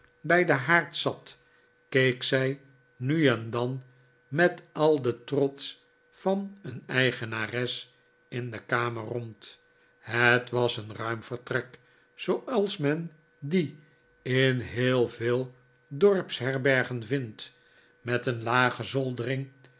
bij den haard zat keek zij nu en dan met al den trots van een eigenares in de kamer rond het was een ruim vertrek zooals men die in heel veel dorpsherbergen vindt met een lage